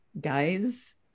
guys